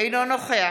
אינו נוכח